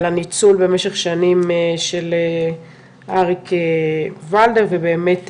על הניצול במשך שנים של חיים ולדר ובאמת,